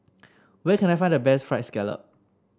where can I find the best fried scallop